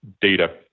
data